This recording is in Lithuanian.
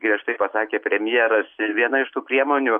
griežtai pasakė premjeras ir viena iš tų priemonių